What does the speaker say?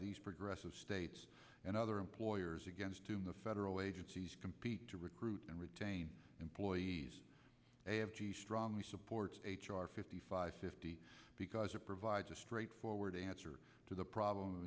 these progressive states and other employers against whom the federal agencies compete to recruit and retain employees strongly supports h r fifty five fifty because it provides a straightforward answer to the problem of